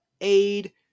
aid